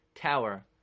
tower